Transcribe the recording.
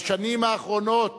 בשנים האחרונות